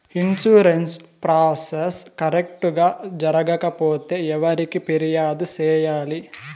insurance process correct గా జరగకపోతే ఎవరికి ఫిర్యాదు సేయాలి